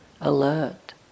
alert